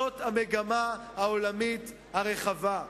זאת המגמה העולמית הרחבה.